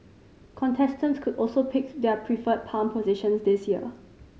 contestants could also pick their preferred palm positions this year